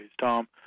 Tom